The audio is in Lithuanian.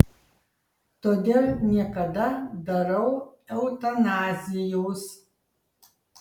todėl niekada darau eutanazijos